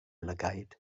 lygaid